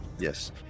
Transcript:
Yes